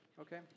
Okay